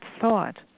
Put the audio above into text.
thought